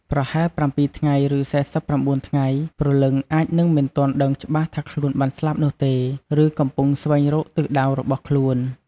ប្រហែល ៧ថ្ងៃឬ ៤៩ថ្ងៃព្រលឹងអាចនឹងមិនទាន់ដឹងច្បាស់ថាខ្លួនបានស្លាប់នោះទេ ឬកំពុងស្វែងរកទិសដៅរបស់ខ្លួន។